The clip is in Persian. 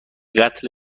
قتل